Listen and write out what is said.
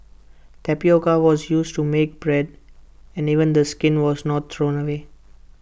tapioca was used to make bread and even the skin was not thrown away